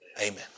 Amen